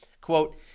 quote